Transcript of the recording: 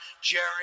Jerry